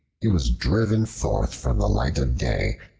he was driven forth from the light of day,